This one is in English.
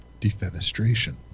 defenestration